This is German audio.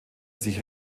sich